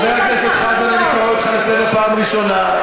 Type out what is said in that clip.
חבר הכנסת חזן, אני קורא אותך לסדר פעם ראשונה.